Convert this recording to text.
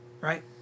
Right